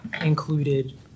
included